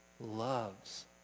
loves